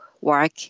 work